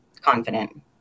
confident